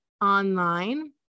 online